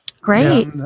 Great